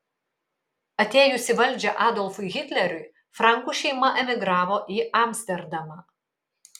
atėjus į valdžią adolfui hitleriui frankų šeima emigravo į amsterdamą